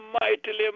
mightily